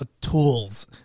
tools